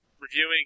reviewing